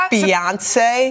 Beyonce